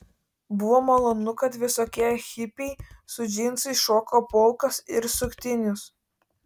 buvo malonu kad visokie hipiai su džinsais šoka polkas ir suktinius